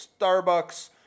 Starbucks